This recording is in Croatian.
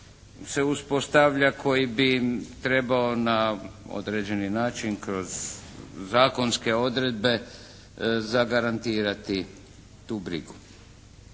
se uspostavlja koji bi trebao na određeni način kroz zakonske odredbe zagarantirati tu brigu.